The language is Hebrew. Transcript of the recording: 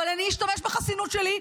אבל אני אשתמש בחסינות שלי,